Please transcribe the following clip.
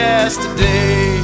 Yesterday